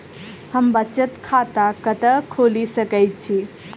हम बचत खाता कतऽ खोलि सकै छी?